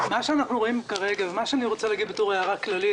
מה שאנחנו רואים כרגע ושאני רוצה להגיד בתור הערה כללית,